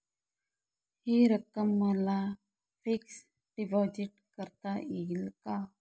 हि रक्कम मला फिक्स डिपॉझिट करता येईल का?